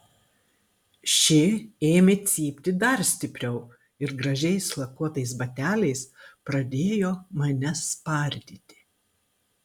ši ėmė cypti dar stipriau ir gražiais lakuotais bateliais pradėjo mane spardyti